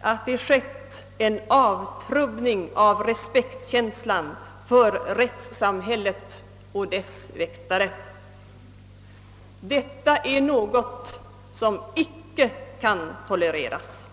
att det skett en avtrubbning av respektkänslan för rättssamhället och dess väktare. Detta är något som icke kan tolereras.